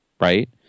right